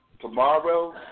tomorrow